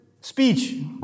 Speech